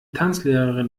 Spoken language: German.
tanzlehrerin